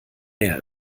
meer